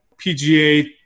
PGA